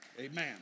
Amen